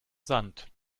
sand